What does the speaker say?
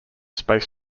space